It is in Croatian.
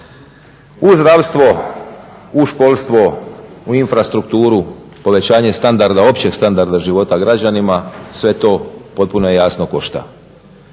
u zdravstvo, u školstvo, u infrastrukturu, povećanje općeg standarda života građanima. Sve to, potpuno je jasno, košta.